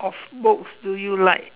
of books do you like